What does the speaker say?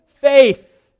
faith